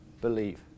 believe